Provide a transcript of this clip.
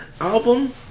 album